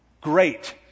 great